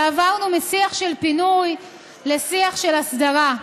ועברנו משיח של פינוי לשיח של הסדרה.